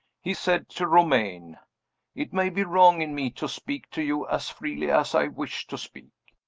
he said to romayne it may be wrong in me to speak to you as freely as i wish to speak.